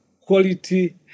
quality